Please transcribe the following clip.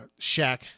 Shaq